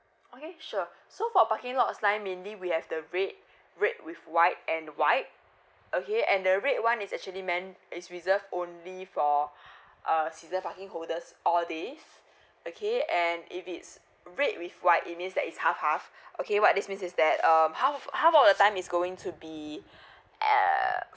okay sure so for parking lots line mainly we have the red red with white and white okay and the red one is actually meant is reserved only for err season parking holders all days okay and if it's red with white it means that it's half half okay what this means is that um half half of the time is going to be err